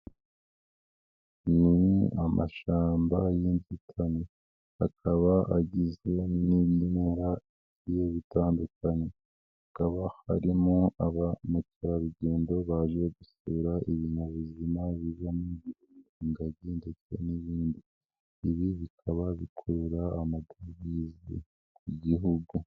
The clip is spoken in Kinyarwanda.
Ni amashamba y'inzitane akaba agizwe n'ibimera bigiye bitandukanye, hakaba harimo aba mukerarugendo baje gusura ibinyabuzima bibamo, ingagi ndetse n'ibindi, ibi bikaba bikurura amadovize ku Gihugu.